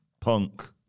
Punk